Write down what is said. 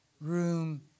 room